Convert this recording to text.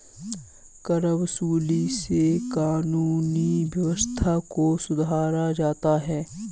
करवसूली से कानूनी व्यवस्था को सुधारा जाता है